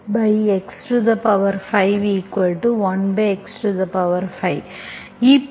எனவே ddxZ 1x51x5